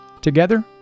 Together